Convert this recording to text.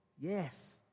yes